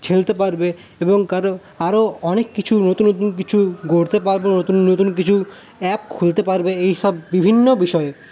ঠেলতে পারবে এবং আরও আরও অনেক কিছু নতুন নতুন কিছু গড়তে পারবে নতুন নতুন কিছু অ্যাপ খুলতে পারবে এইসব বিভিন্ন বিষয়ে